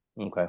Okay